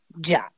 job